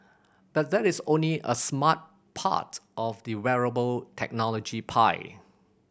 but that is only a smart part of the wearable technology pie